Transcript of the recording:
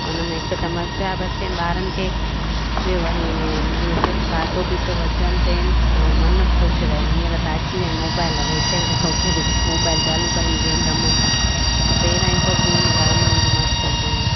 उन में हिकु त मज़ा बि अचे ॿारनि खे ॿियो वरी अने खाधो बि थो हजम थिएनि ऐं मन बि ख़ुशि रहनि हींअर त अची विया आहिनि मोबाइल वेठे वेठे सोफ़े ते बसि मोबाइल चालू करनि गेम रमनि था पर पहिरियां जी सभ गेमू गामणनि जूं मस्तु हूंदियूं हुयूं